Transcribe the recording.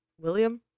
William